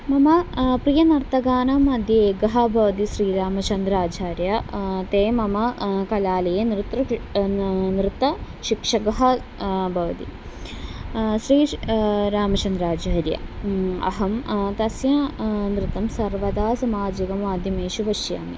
मम प्रियनर्तकानम् मध्ये एकः भवति श्रीरामचन्द्रः आचार्यः ते मम कलालये नृत्तं नृत्तशिक्षकः भवति श्री रामचन्द्रः आचार्यः अहं तस्य नृत्तं सर्वदा सामाजिकमाध्यमेषु पश्यामि